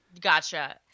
Gotcha